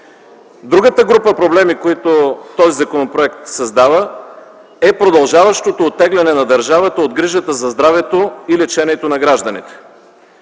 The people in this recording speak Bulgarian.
Другата група проблеми, които този законопроект създава, е продължаващото оттегляне на държавата от грижата за здравето и лечението на гражданите.